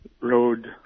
road